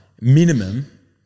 minimum